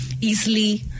easily